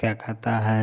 क्या कहता है